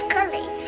Curly